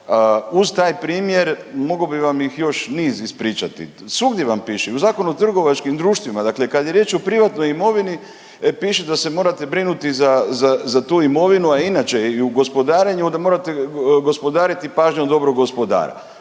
Uz taj primjer mogao bih vam ih još niz ispričati. Svugdje vam piše i u Zakonu o trgovačkim društvima, dakle kad je riječ o privatnoj imovini piše da se morate brinuti za, za tu imovinu, a i inače i u gospodarenju onda gospodariti pažnjom dobrog gospodara.